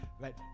Right